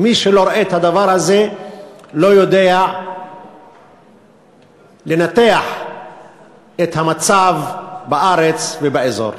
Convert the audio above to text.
מי שלא רואה את הדבר הזה לא יודע לנתח את המצב בארץ ובאזור.